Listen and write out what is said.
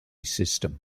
system